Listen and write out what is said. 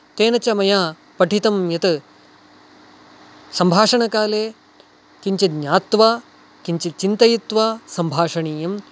तेन च मया पठितं यत् सम्भाषणकाले किञ्चित् ज्ञात्वा किञ्चित् चिन्तयित्वा सम्भाषणीयम्